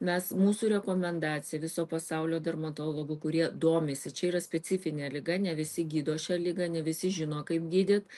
mes mūsų rekomendacija viso pasaulio dermatologų kurie domisi čia yra specifinė liga ne visi gydo šią ligą ne visi žino kaip gydyt